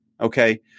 Okay